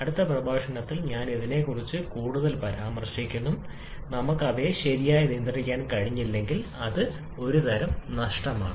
അടുത്ത പ്രഭാഷണത്തിൽ ഞാൻ ഇതിനെക്കുറിച്ച് കൂടുതൽ പരാമർശിക്കും നമുക്ക് അവയെ ശരിയായി നിയന്ത്രിക്കാൻ കഴിയുന്നില്ലെങ്കിൽ ഇത് ഒരുതരം നഷ്ടമാണ്